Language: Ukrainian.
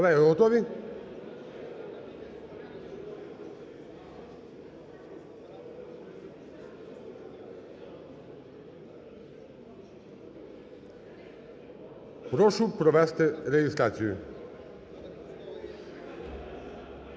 Колеги, готові? Прошу провести реєстрацію.